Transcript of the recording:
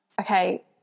okay